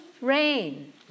rain